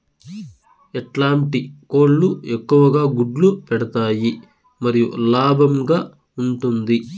ఎట్లాంటి కోళ్ళు ఎక్కువగా గుడ్లు పెడతాయి మరియు లాభంగా ఉంటుంది?